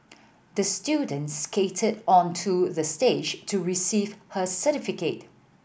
the student skated onto the stage to receive her certificate